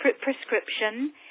prescription